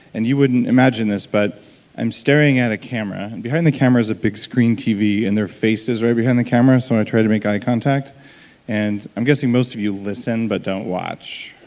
and you wouldn't imagine this but i'm staring at a camera. and behind the camera is a big screen tv and they're face is right behind the camera, so when i try to make eye contact and i'm guessing most of you listen but don't watch.